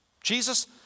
Jesus